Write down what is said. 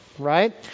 right